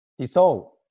dissolve